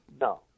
No